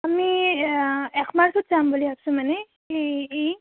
আমি এক মাৰ্চত যাম বুলি ভাবিছোঁ মানে এই ই